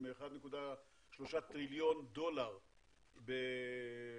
עם 1.3 טריליון דולר בקופתה,